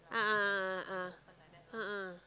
a'ah a'ah a'ah a'ah